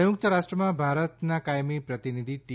સંયુક્ત રાષ્ટ્રમાં ભારતના કાયમી પ્રતિનિધિ ટી